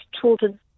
children